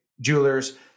Jewelers